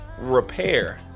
repair